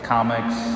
Comics